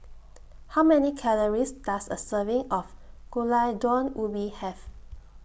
How Many Calories Does A Serving of Gulai Daun Ubi Have